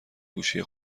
گوشی